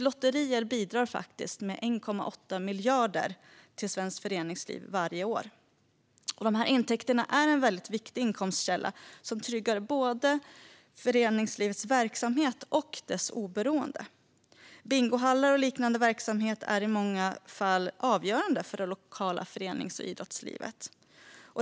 Lotterier bidrar med 1,8 miljarder kronor till svenskt föreningsliv varje år. Intäkterna är en viktig inkomstkälla som tryggar både föreningslivets verksamhet och dess oberoende. Bingohallar och liknande verksamheter är i många fall avgörande för det lokala förenings och idrottslivet.